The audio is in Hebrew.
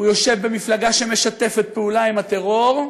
הוא יושב במפלגה שמשתפת פעולה עם הטרור,